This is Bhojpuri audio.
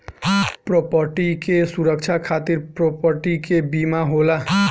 प्रॉपर्टी के सुरक्षा खातिर प्रॉपर्टी के बीमा होला